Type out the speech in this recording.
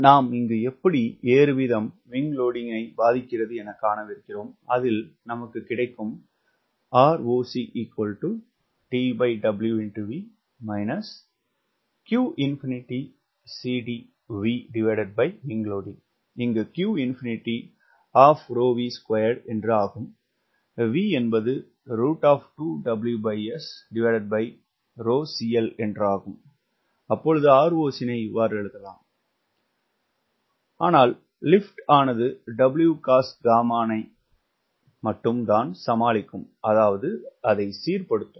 நாம் இங்கு எப்படி ஏறு வீதம் விங்க் லோடிங்கினைப் பாதிக்கிறது எனக் காணவிருக்கிறோம் அதில் நமக்கு கிடைக்கும் லிப்ட் ஆனது Wcosγ-னை மட்டும் தான் சமாளிக்கும் அதாவது சீர்படுத்தும்